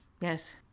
Yes